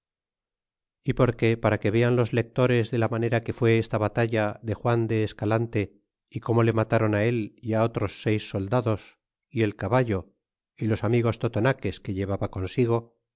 y porque para que vean los lectores de la manera que fué esta batalla de juan de escalante y como le mataron él y otros seis soldados y el caballo y los amigos totonaques que llevaba consigo